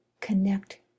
connect